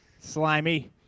Slimy